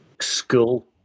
School